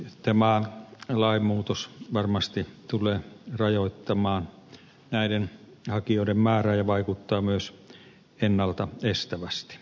tämä lainmuutos varmasti tulee rajoittamaan näiden hakijoiden määrää ja vaikuttaa myös ennalta estävästi